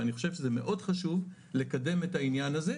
ואני חושב שזה מאוד חשוב לקדם את העניין הזה,